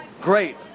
great